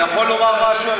היושב-ראש, אני יכול לומר משהו?